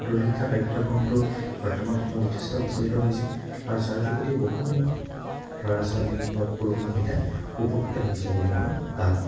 দূৰ শিক্ষা পাঠ্যক্ৰমটো বৰ্তমান সময়ত যথেষ্ট প্ৰচলিত হৈছে আৰু যাৰ যোগেদি বহুসংখ্যক ল'ৰা ছোৱালী হওক পুৰুষ মহিলা উপকৃত হৈছে বুলি মই ভাবোঁ